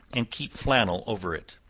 and keep flannel over it.